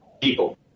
people